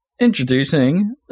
introducing